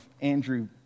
Andrew